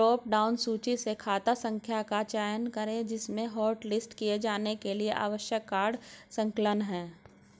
drop down सूची से खाता संख्या का चयन करें जिसमें हॉटलिस्ट किए जाने के लिए आवश्यक कार्ड संलग्न है